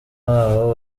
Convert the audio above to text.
wabo